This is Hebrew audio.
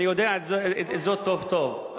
אני יודע זאת טוב טוב,